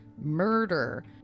murder